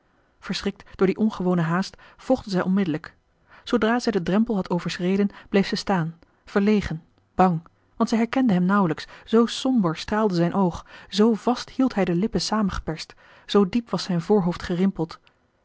verschrikt door die ongewone haast volgde zij onmiddellijk zoodra zij den drempel had overschreden bleef zij staan verlegen bang want zij herkende hem nauwelijks zoo somber straalde zijn oog zoo vast hield hij de lippen saamgeperst zoo diep was zijn voorhoofd gerimpeld